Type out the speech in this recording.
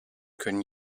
können